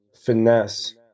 finesse